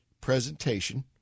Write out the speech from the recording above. presentation